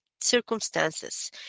circumstances